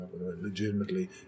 legitimately